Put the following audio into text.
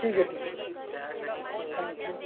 ٹھیک ہے ٹھیک ہے تھینک یو